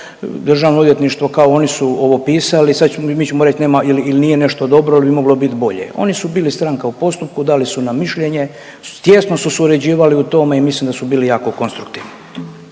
državno odvjetništvo kao oni su ovo pisali sad ćemo i mi ćemo reć nema ili nije nešto dobro il bi moglo biti bolje. Oni su bili stranka u postupku, dali su nam mišljenje tijesno su surađivali u tome i mislim da su bili jako konstruktivni.